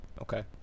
Okay